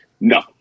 No